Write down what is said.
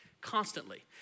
constantly